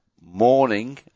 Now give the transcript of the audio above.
morning